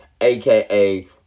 aka